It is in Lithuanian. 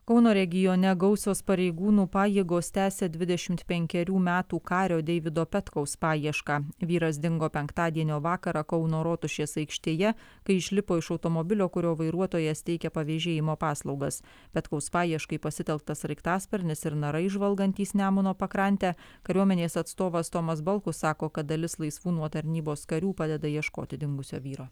kauno regione gausios pareigūnų pajėgos tęsia dvidešimt penkerių metų kario deivido petkaus paiešką vyras dingo penktadienio vakarą kauno rotušės aikštėje kai išlipo iš automobilio kurio vairuotojas teikė pavėžėjimo paslaugas petkaus paieškai pasitelktas sraigtasparnis ir narai žvalgantys nemuno pakrantę kariuomenės atstovas tomas balkus sako kad dalis laisvų nuo tarnybos karių padeda ieškoti dingusio vyro